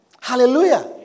Hallelujah